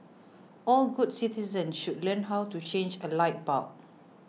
all good citizens should learn how to change a light bulb